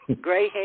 gray